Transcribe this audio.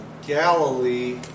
Galilee